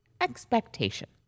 expectation